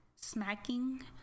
smacking